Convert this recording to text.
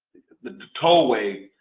the tollway